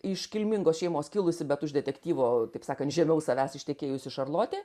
iš kilmingos šeimos kilusi bet už detektyvo taip sakant žemiau savęs ištekėjusi šarlotė